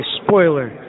spoiler